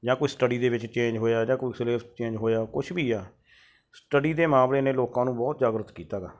ਜਾਂ ਕੋਈ ਸਟੱਡੀ ਦੇ ਵਿੱਚ ਚੇਂਜ ਹੋਇਆ ਜਾ ਕੋਈ ਸਿਲੇਬਸ ਚੇਂਜ ਹੋਇਆ ਕੁਛ ਵੀ ਆ ਸਟੱਡੀ ਦੇ ਮਾਮਲੇ ਨੇ ਲੋਕਾਂ ਨੂੰ ਬਹੁਤ ਜਾਗਰੂਕਤ ਕੀਤਾ ਹੈ